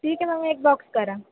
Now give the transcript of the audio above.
ठीक आहे मग एक बॉक्स करा